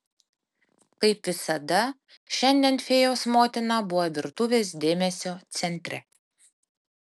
kaip visada šiandien fėjos motina buvo virtuvės dėmesio centre